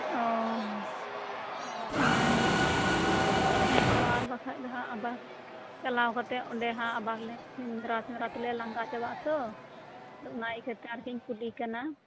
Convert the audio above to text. ᱚᱻ ᱚᱱᱟᱜᱮ ᱦᱮᱸ ᱛᱚ ᱟᱨ ᱵᱟᱠᱷᱟᱡ ᱫᱚ ᱦᱟᱸᱜ ᱟᱵᱟᱨ ᱪᱟᱞᱟᱣ ᱠᱟᱛᱮᱜ ᱚᱸᱰᱮ ᱦᱟᱸᱜ ᱟᱵᱟᱨ ᱞᱮ ᱥᱮᱸᱫᱽᱨᱟ ᱥᱮᱸᱫᱽᱨᱟ ᱛᱮᱞᱮ ᱞᱟᱸᱜᱟ ᱪᱟᱵᱟᱜᱼᱟ ᱛᱚ ᱟᱫᱚ ᱚᱱᱟ ᱤᱭᱟᱹᱛᱮ ᱟᱨᱠᱤᱧ ᱠᱩᱞᱤ ᱠᱟᱱᱟ